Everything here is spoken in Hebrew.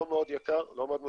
זה לא מאוד יקר, לא מאוד מסובך.